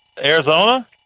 Arizona